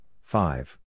five